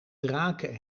draken